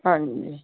ਹਾਂਜੀ